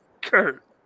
Kurt